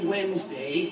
Wednesday